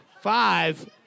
five